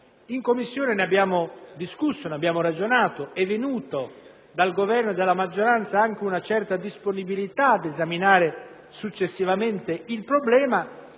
In Commissione ne abbiamo ragionato ed è venuta dal Governo e dalla maggioranza anche una certa disponibilità ad esaminare successivamente il problema.